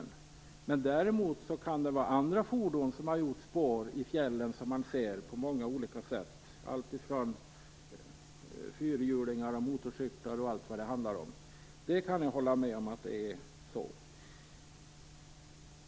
Men däremot kan andra fordon ha gjort spår i fjällen. Det kan vara alltifrån fyrhjulingar till motorcyklar. Det kan jag hålla med om.